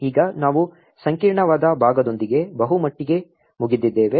ಈಗ ನಾವು ಸಂಕೀರ್ಣವಾದ ಭಾಗದೊಂದಿಗೆ ಬಹುಮಟ್ಟಿಗೆ ಮುಗಿದಿದ್ದೇವೆ